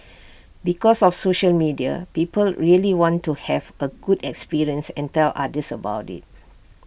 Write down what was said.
because of social media people really want to have A good experience and tell others about IT